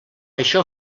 això